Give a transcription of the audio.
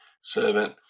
servant